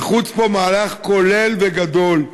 נחוץ פה מערך כולל וגדול,